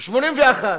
ב-1981,